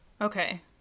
Okay